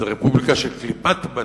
זו רפובליקה של קליפות בננות.